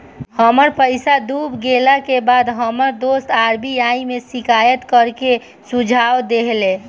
हमर पईसा डूब गेला के बाद हमर दोस्त आर.बी.आई में शिकायत करे के सुझाव देहले